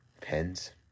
Pens